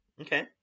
okay